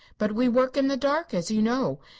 but we work in the dark, as you know.